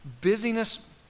busyness